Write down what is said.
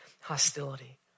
hostility